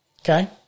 Okay